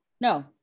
No